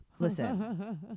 listen